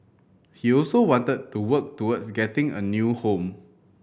he also wanted to work towards getting a new home